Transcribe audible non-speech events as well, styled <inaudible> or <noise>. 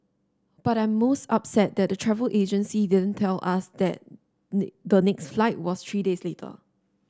but I'm most upset that the travel agency didn't tell us that <unintelligible> the next flight was three days later